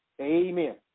Amen